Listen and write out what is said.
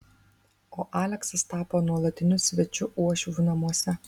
o aleksas tapo nuolatiniu svečiu uošvių namuose